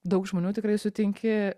daug žmonių tikrai sutinki